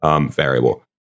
variable